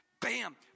bam